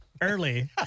early